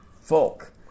folk